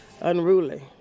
unruly